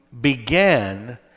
began